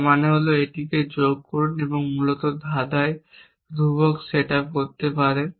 যার মানে হল এটিকে যোগ করুন মূলত বাঁধাই ধ্রুবক সেট আপ করতে পারে